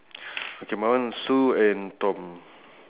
there's no sign board no sign board